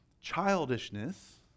childishness